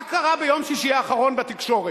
מה קרה ביום שישי האחרון בתקשורת,